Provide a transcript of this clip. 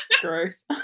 Gross